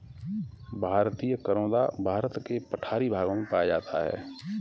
भारतीय करोंदा भारत के पठारी भागों में पाया जाता है